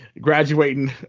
graduating